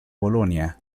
bolonia